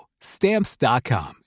Stamps.com